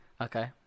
Okay